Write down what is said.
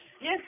Yes